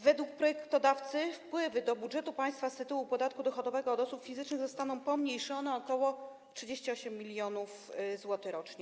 Według projektodawcy wpływy do budżetu państwa z tytułu podatku dochodowego od osób fizycznych zostaną pomniejszone o ok. 38 mln zł rocznie.